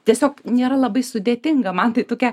tiesiog nėra labai sudėtinga man tai tokia